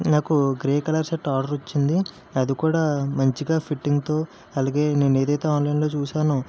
నాకు grey colour shirt order వచ్చింది అది కూడా మంచిగా ఫిట్టింగ్తో అలాగే నేను ఏదైతే ఆన్లైన్లో చూశానో